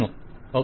vendor okay